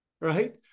right